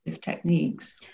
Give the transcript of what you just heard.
techniques